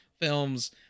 films